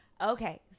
Okay